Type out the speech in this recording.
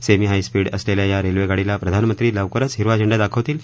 semi high speed असलेल्या या रेल्वेगाडीला प्रधानमंत्री लवकरच हिरवा झेंडा दाखवतील